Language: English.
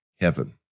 heaven